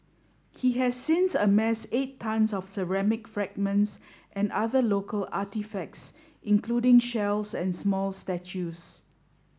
he has since amassed eight tonnes of ceramic fragments and other local artefacts including shells and small statues